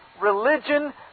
religion